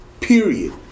Period